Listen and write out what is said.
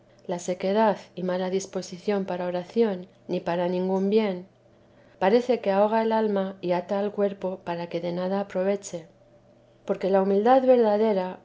la sequedad y mala disposición para oración ni para ningún bien parece que ahoga el alma y ata el cuerpo para que de nada aproveche porque la humildad verdadera